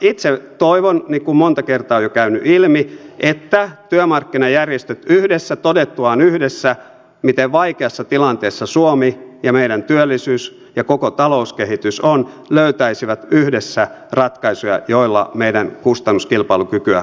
itse toivon niin kuin monta kertaa on jo käynyt ilmi että työmarkkinajärjestöt yhdessä todettuaan yhdessä miten vaikeassa tilanteessa suomi ja meidän työllisyys ja koko talouskehitys on löytäisivät yhdessä ratkaisuja joilla meidän kustannuskilpailukykyämme kohennettaisiin